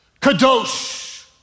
kadosh